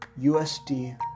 USD